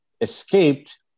escaped